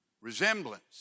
Resemblance